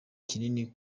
kinini